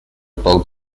boat